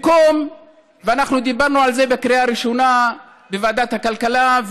ואנחנו דיברנו על זה בקריאה ראשונה בוועדת הכלכלה,